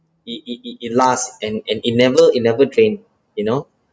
it it it it lasts and and it never it never drain you know